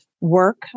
work